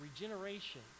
regeneration